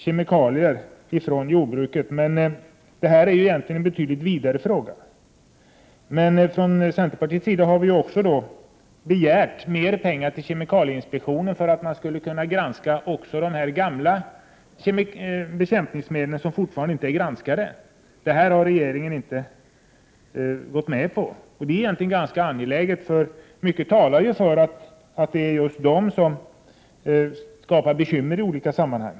Kemikalier från jordbruket tas också upp här, men detta är egentligen en betydligt vidare fråga. Från centerns sida har vi begärt mer pengar till kemikalieinspektionen för att man där skulle kunna granska även äldre bekämpningsmedel som fortfarande inte är granskade. Regeringen har inte gått med på detta, men det är ett angeläget krav, eftersom mycket talar för att det är just de äldre bekämpningsmedlen som skapar bekymmer i olika sammanhang.